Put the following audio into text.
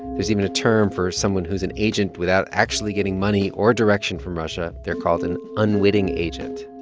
there's even a term for someone who's an agent without actually getting money or direction from russia. they're called an unwitting agent